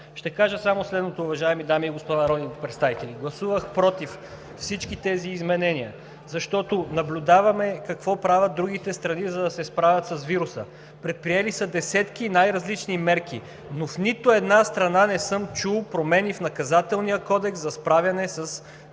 Ще кажа само следното, уважаеми дами и господа народни представители! Гласувах против всички тези изменения, защото наблюдаваме какво правят другите страни, за да се справят с вируса. Предприели са десетки най-различни мерки, но в нито една страна не съм чул промени в Наказателния кодекс за справяне с тази